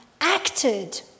acted